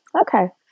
Okay